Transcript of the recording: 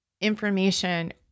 information